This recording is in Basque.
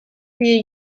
bideo